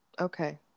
okay